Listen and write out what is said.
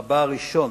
רבה הראשון